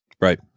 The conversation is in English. Right